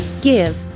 Give